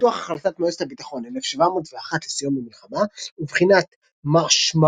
ניתוח החלטת מועצת הביטחון 1701 לסיום המלחמה ובחינת משמעויותיה,